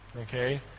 Okay